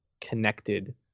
connected